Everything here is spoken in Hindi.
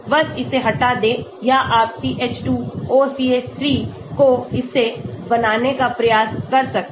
बस इसे हटा दें या आप CH2 OCH3 को इसे बनाने का प्रयास कर सकते हैं